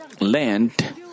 land